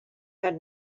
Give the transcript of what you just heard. had